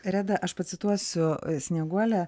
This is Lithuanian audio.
reda aš pacituosiu snieguolę